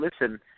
listen